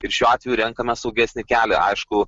ir šiuo atveju renkamės saugesnį kelią aišku